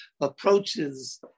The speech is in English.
approaches